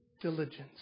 Diligence